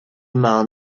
man